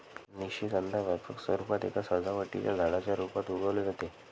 निशिगंधा व्यापक स्वरूपात एका सजावटीच्या झाडाच्या रूपात उगवले जाते